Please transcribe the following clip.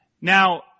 Now